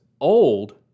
old